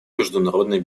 международной